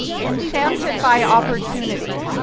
enchanted by opportunity,